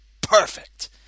perfect